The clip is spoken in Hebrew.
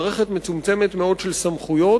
מערכת מצומצמת מאוד של סמכויות